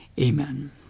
amen